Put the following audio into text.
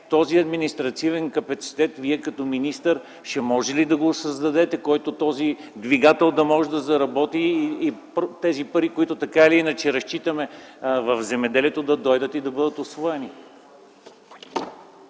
този административен капацитет Вие като министър ще можете ли да го създадете, за да може този двигател да заработи и парите, на които така или иначе разчитаме в земеделието, да дойдат и да бъдат усвоени?